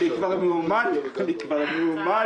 אני כבר מיומן